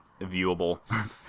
viewable